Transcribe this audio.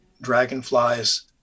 dragonflies